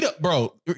Bro